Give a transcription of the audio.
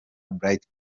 bright